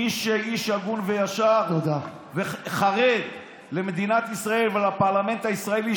מי שהוא איש הגון וישר וחרד למדינת ישראל ולפרלמנט הישראלי,